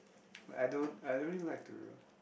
like I don't I don't really like to